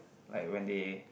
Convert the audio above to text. like when they